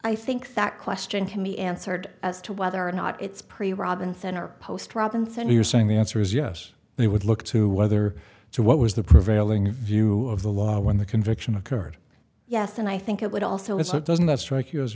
i think that question can be answered as to whether or not it's pretty robinson or post robinson you're saying the answer is yes they would look to whether to what was the prevailing view of the law when the conviction occurred yes and i think it would also it's not doesn't that strike you as